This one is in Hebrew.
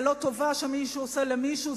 זה לא טובה שמישהו עושה למישהו,